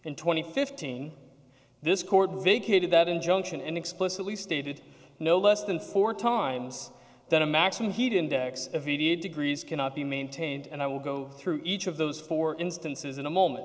and twenty fifteen this court vacated that injunction and explicitly stated no less than four times that a maximum heat index of idiot degrees cannot be maintained and i will go through each of those four instances in a moment